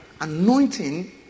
anointing